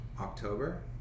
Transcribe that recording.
October